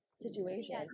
situation